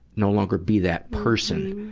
no longer be that person,